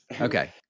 Okay